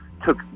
took